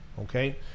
okay